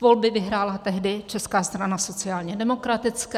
Volby vyhrála tehdy Česká strana sociálně demokratická.